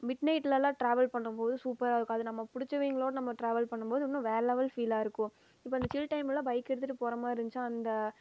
mid நைட்லெல்லாம் travel பண்ணும் போது சூப்பராக இருக்கும் அதுவும் நம்ம பிடிச்சவிங்களோடு நம்ம ட்ராவல் பண்ணும் போது இன்னும் வேறு லெவல் ஃபீலாக இருக்கும் இப்போ இந்த ஜில் டைமெலலாம் பைக்கை எடுத்துகிட்டு போகிற மாதிரி இருந்துச்சுனா அந்த